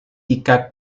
jika